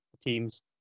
teams